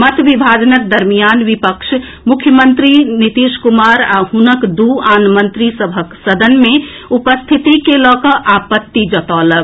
मत विभाजनक दरमियान विपक्ष मुख्यमंत्री नीतीश कुमार आ हुनक दू आन मंत्री सभक सदन मे उपस्थिति के लऽ कऽ आपत्ति जतौलक